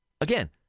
again